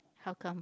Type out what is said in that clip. how come